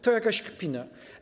To jakaś kpina.